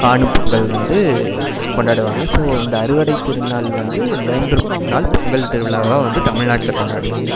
காணும் பொங்கல் வந்து கொண்டாடுவாங்க ஸோ இந்த அறுவடை திருநாள் வந்து மூன்று நாள் பொங்கல் திருவிழாவாக வந்து தமிழ்நாட்டில் கொண்டாடுவாங்க